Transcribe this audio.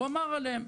הוא אמר עליהם.